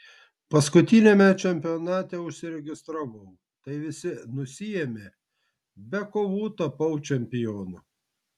paskutiniame čempionate užsiregistravau tai visi nusiėmė be kovų tapau čempionu